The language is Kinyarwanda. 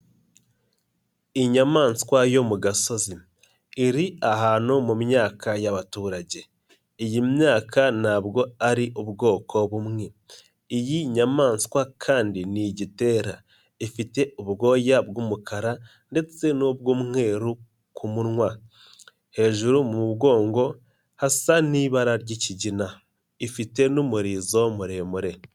Inyamaswa yo mu gasozi, iri ahantu mu myaka y'abaturage, iyi myaka ntabwo ari ubwoko bumwe, iyi nyamaswa kandi ni igitera, ifite ubwoya bw'umukara ndetse n'ubw'umweru ku munwa, hejuru mu mugongo hasa n'ibara ry'ikigina, ifite n'umurizo muremure.